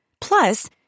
Plus